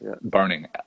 burning